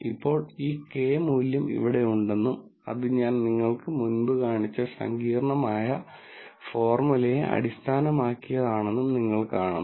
ഇപ്പോൾ ഈ Κ മൂല്യം ഇവിടെ ഉണ്ടെന്നും അത് ഞാൻ നിങ്ങൾക്ക് മുമ്പ് കാണിച്ച സങ്കീർണ്ണമായ ഫോർമുലയെ അടിസ്ഥാനമാക്കിയാണെന്നും നിങ്ങൾ കാണുന്നു